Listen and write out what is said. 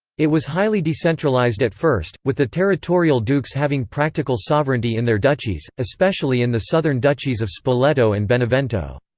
it was highly decentralized at first, with the territorial dukes having practical sovereignty in their duchies, especially in the southern duchies of spoleto and benevento.